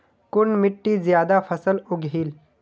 कुन मिट्टी ज्यादा फसल उगहिल?